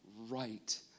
right